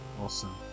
Awesome